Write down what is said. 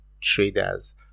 traders